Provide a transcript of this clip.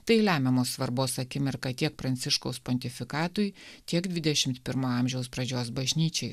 tai lemiamos svarbos akimirka tiek pranciškaus pontifikatui tiek dvidešimt pirmo amžiaus pradžios bažnyčiai